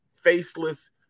faceless